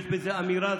יש בזה אמירה,